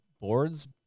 boards